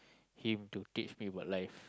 him to teach me about life